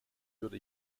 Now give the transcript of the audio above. würde